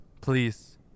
Please